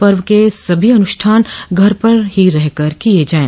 पर्व के सभी अनुष्ठान घर पर रहकर ही किये जायें